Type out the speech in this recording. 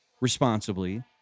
responsibly